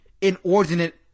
inordinate